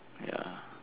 ya